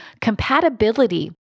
Compatibility